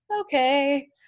okay